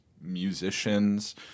musicians